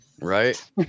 right